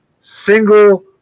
single